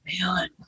man